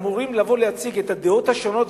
אמורים לבוא להציג את הדעות השונות,